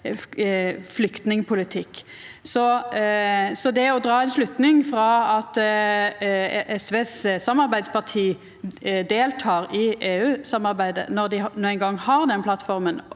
flyktningpolitikken til EU. Så det å dra ei slutning frå at SVs samarbeidsparti deltek i EU-samarbeidet, når dei no ein gong har den plattforma,